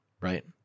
right